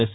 yes